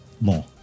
more